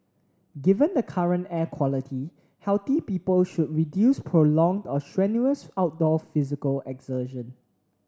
given the current air quality healthy people should reduce prolonged or strenuous outdoor physical exertion